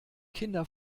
kinder